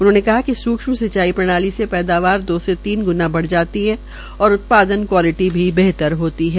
उन्होंने कहा कि सूक्षम सिंचाई प्रणाली से पैदावार दो से तीन ग्णा ब्रढ़ जाती है और उत्पादन क्वालिटी भी बेहतर होती है